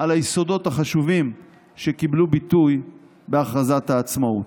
על היסודות החשובים שקיבלו ביטוי בהכרזת העצמאות.